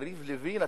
יריב לוין,